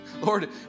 Lord